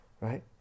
right